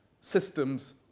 systems